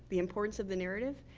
the importance of the narrative,